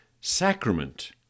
sacrament